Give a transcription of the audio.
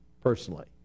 personally